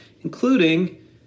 including